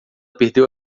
perdeu